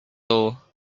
all